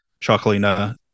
Chocolina